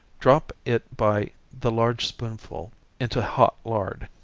drop it by the large spoonful into hot lard.